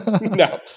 No